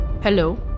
Hello